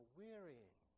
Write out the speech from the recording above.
wearying